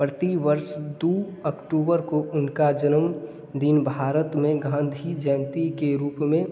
प्रतिवर्ष दो अक्टूबर को उनका जन्मदिन भारत में गांधी जयंती के रूप में